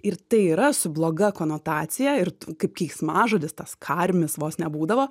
ir tai yra su bloga konotacija ir tu kaip keiksmažodis tas karmis vos ne būdavo